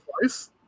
twice